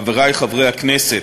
חברי חברי הכנסת,